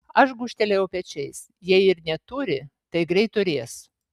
aš gūžtelėjau pečiais jei ir neturi tai greit turės